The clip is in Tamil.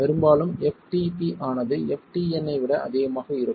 பெரும்பாலும் ftp ஆனது ftn ஐ விட அதிகமாக இருக்கும்